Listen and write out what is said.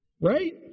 right